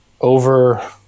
over